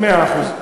מאה אחוז.